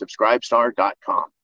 subscribestar.com